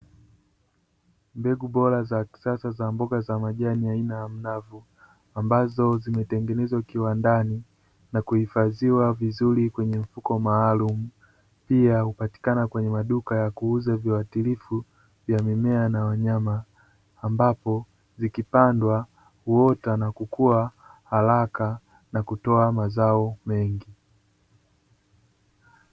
Mbegu bora za kisasa za mboga za majani aina ya mnavu, ambazo zimetengenezwa kiwandani na kuhifadhiwa vizuri kwenye mfuko maalumu pia hupatikana kwenye maduka ya kuuza viwatilifu vya mimea na wanyama, ambapo zikipandwa huota na kukua haraka na kutoa mazao mengi.